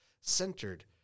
centered